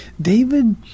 David